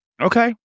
Okay